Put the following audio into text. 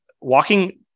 walking